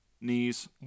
Knees